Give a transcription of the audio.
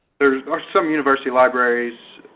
there are some university libraries,